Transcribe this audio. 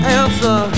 answer